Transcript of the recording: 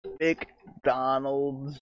McDonald's